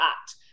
act